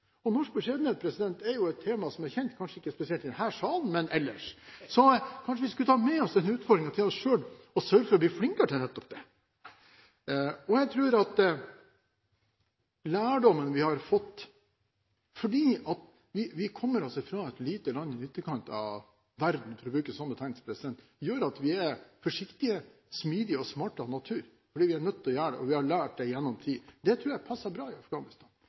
gjør. Norsk beskjedenhet er et tema som er kjent – kanskje ikke spesielt i denne salen, men ellers. Kanskje vi skulle ta med oss denne utfordringen til oss selv og sørge for å bli flinkere til nettopp det. Jeg tror at lærdommen vi har fått fordi vi kommer fra et lite land i ytterkant av verden – for å bruke en sånn betegnelse – gjør at vi er forsiktige, smidige og smarte av natur, fordi vi er nødt til å være det. Vi har lært det gjennom tid. Det tror jeg passer bra i Afghanistan.